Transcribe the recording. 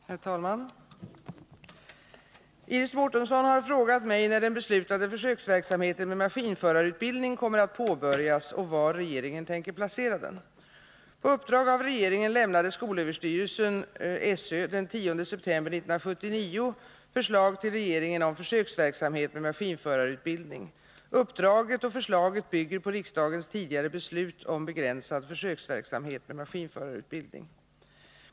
Herr talman! Iris Mårtensson har frågat mig när den beslutade försöksverksamheten med maskinförarutbildning kommer att påbörjas och var regeringen tänker placera den. På uppdrag av regeringen lämnade skolöverstyrelsen den 10 september 1979 förslag till regeringen om försöksverksamhet med maskinförarutbildning. Uppdraget och förslaget bygger på riksdagens tidigare beslut om begränsad försöksverksamhet med maskinförarutbildning.